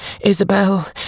Isabel